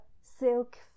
silk